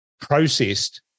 processed